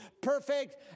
perfect